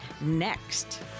next